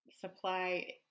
supply